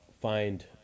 find